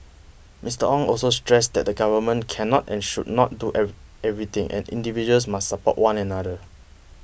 Mister Ong also stressed that the government cannot and should not do every everything and individuals must support one another